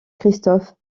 christophe